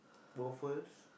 waffles